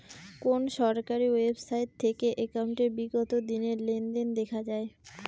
কোন সরকারি ওয়েবসাইট থেকে একাউন্টের বিগত দিনের লেনদেন দেখা যায়?